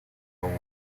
новым